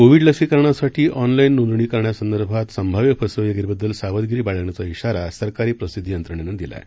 Covid लसीकरणासाठी online नोंदणी करण्यासंदर्भात संभाव्य फसवेगिरीबद्दल सावधगिरी बाळगण्याचा श्रीारा सरकारी प्रसिद्धी यंत्रणेनं दिला आहे